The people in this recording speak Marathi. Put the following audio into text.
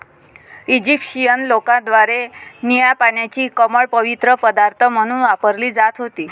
इजिप्शियन लोकांद्वारे निळ्या पाण्याची कमळ पवित्र पदार्थ म्हणून वापरली जात होती